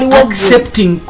accepting